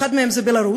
אחת מהן היא בלרוס.